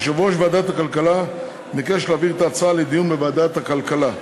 יושב-ראש ועדת הכלכלה ביקש להעביר את ההצעה לדיון בוועדת הכלכלה.